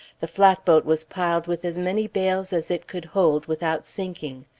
the flatboat was piled with as many bales as it could hold without sinking.